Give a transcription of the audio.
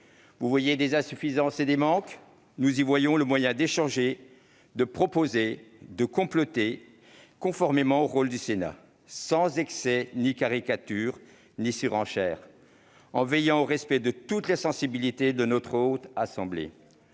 ce texte des insuffisances et des manques ; nous y voyons le moyen d'échanger, de proposer et de compléter, conformément au rôle du Sénat, sans excès, caricature ni surenchère, en veillant au respect de toutes les sensibilités de la Haute Assemblée,